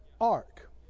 ark